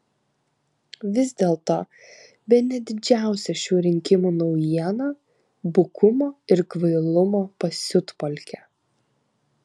vis dėlto bene didžiausia šių rinkimų naujiena bukumo ir kvailumo pasiutpolkė